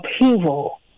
upheaval